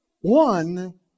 one